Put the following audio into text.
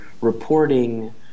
reporting